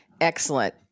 Excellent